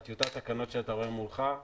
בטיוטת התקנות שאתה רואה מולך,